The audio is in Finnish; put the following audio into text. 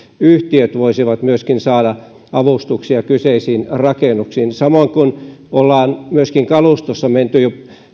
yhtiöt voisivat myöskin saada avustuksia kyseisiin rakennuksiin ja samoin kun ollaan myöskin kalustossa jo menty